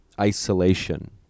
isolation